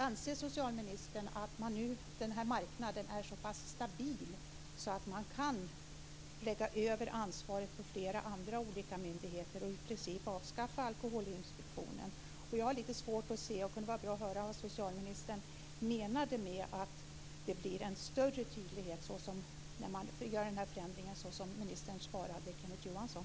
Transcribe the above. Anser socialministern att marknaden nu är så stabil att man kan lägga över ansvaret på flera andra myndigheter och i princip avskaffa Alkoholinspektionen? Det kunde vara intressant att få höra vad socialministern menar med att det blir en större tydlighet genom denna förändring, såsom ministern svarade Kenneth Johansson.